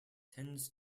tends